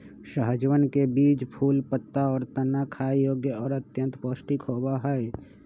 सहजनवन के बीज, फूल, पत्ता, और तना खाय योग्य और अत्यंत पौष्टिक होबा हई